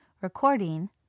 Recording